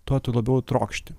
tuo tu labiau trokšti